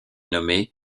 nommée